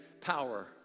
power